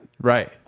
Right